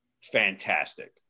fantastic